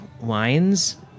wines